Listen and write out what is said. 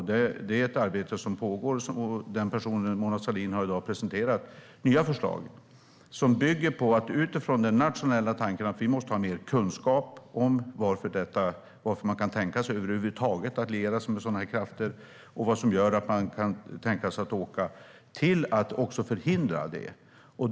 Det arbetet pågår, och den personen, Mona Sahlin, har i dag presenterat nya förslag som bygger på att vi nationellt måste ha mer kunskap om varför man över huvud taget kan tänka sig att liera sig med sådana här krafter och också kunna förhindra det.